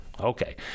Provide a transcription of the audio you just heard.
Okay